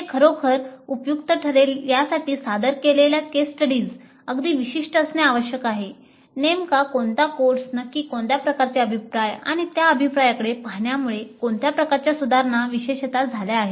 हे खरोखर उपयुक्त ठरेल यासाठी सादर केलेला केस स्टडीज अगदी विशिष्ट असणे आवश्यक आहे नेमका कोणता कोर्स नक्की कोणत्या प्रकारचे अभिप्राय आणि त्या अभिप्रायाकडे पाहण्यामुळे कोणत्या प्रकारच्या सुधारणा विशेषतः झाल्या आहेत